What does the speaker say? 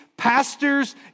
Pastors